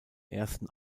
ersten